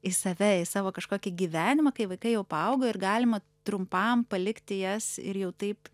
į save į savo kažkokį gyvenimą kai vaikai jau paaugo ir galima trumpam palikti jas ir jau taip